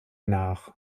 nach